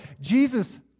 Jesus